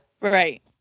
right